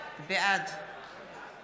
בעד